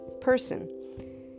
person